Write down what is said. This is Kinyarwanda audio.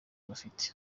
bafite